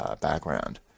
background